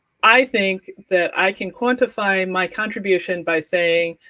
i think that i can quantify my contribution by saying,